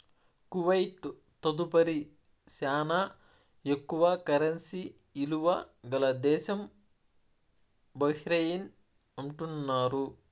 Kuwait తదుపరి శానా ఎక్కువ కరెన్సీ ఇలువ గల దేశం బహ్రెయిన్ అంటున్నారు